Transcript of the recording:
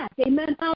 Amen